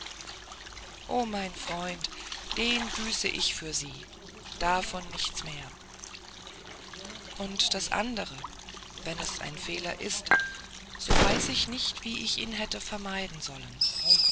o mein freund den büße ich für sie davon nichts mehr und das andere wenn es ein fehler ist so weiß ich nicht wie ich ihn hätte vermeiden sollen